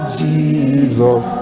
jesus